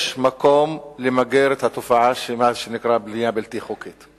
יש מקום למגר את התופעה של מה שנקרא בנייה בלתי חוקית.